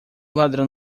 ladrão